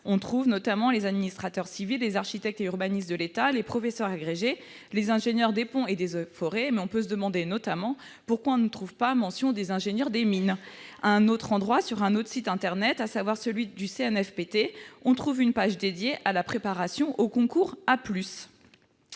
on rencontre notamment les administrateurs civils, les architectes et urbanistes de l'État, les professeurs agrégés, les ingénieurs des ponts, des eaux et forêts, mais on peut se demander pourquoi on ne trouve pas mention, par exemple, des ingénieurs des mines. Sur un autre site internet, celui du CNFPT, on trouve une page dédiée à la « préparation aux concours A+